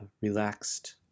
relaxed